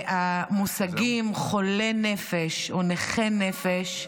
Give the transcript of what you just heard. והמושגים "חולה נפש" או "נכה נפש"